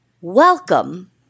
Welcome